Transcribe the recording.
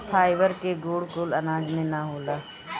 fibre के गुण कुल अनाज में ना होला